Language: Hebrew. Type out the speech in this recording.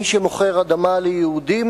מי שמוכר אדמה ליהודים,